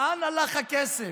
לאן הלך הכסף,